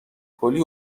کلی